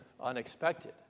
unexpected